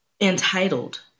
entitled